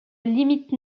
limite